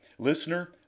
Listener